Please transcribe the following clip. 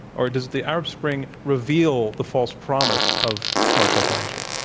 or does the arab spring reveal the false promise of smart technology?